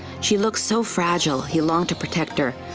she looked so fragile he longed to protect her,